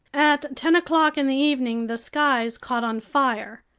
at ten o'clock in the evening, the skies caught on fire.